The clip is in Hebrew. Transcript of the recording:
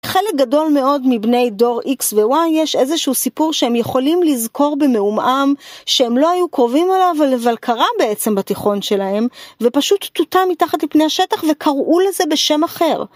חלק גדול מאוד מבני דור X ו-Y יש איזשהו סיפור שהם יכולים לזכור במעומעם שהם לא היו קרובים אליו, אבל קרה בעצם בתיכון שלהם ופשוט טוטא מתחת לפני השטח וקראו לזה בשם אחר.